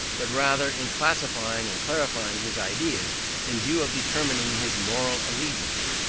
but rather in classifying and clarifying his ideas in view of determining his moral allegiance.